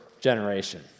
generation